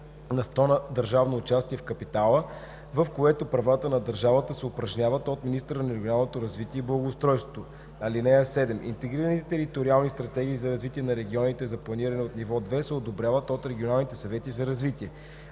на сто държавно участие в капитала, в което правата на държавата се упражняват от министъра на регионалното развитие и благоустройството. (7) Интегрираните териториални стратегии за развитие на регионите за планиране от ниво 2 се одобряват от регионалните съвети за развитие.